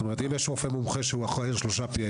זאת אומרת אם יש רופא מומחה שאחראי על שלושה P.A,